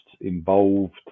involved